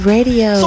Radio